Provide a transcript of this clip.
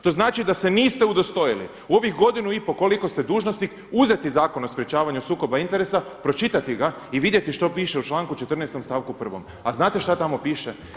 To znači da se niste udostojili u ovih godinu i pol koliko ste dužnosnik uzeti Zakon o sprječavanju sukoba interesa, pročitati ga i vidjeti što piše u članku 14.-stom, stavku 1. A znate šta tamo piše?